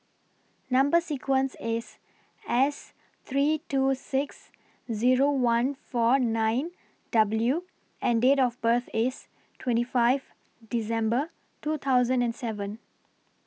Number sequence IS S three two six Zero one four nine W and Date of birth IS twenty five December two thousand and seven